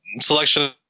selection